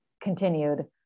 continued